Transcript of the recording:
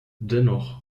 dennoch